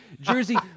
Jersey